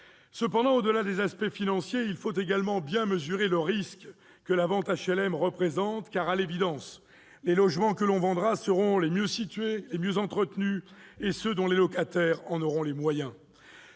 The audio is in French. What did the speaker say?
public. Au-delà des aspects financiers, il faut également bien mesurer le risque que la vente d'HLM représente, car, à l'évidence, les logements que l'on vendra seront les mieux situés, les mieux entretenus et ceux dont les locataires en auront les moyens.